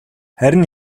харин